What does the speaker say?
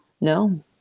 no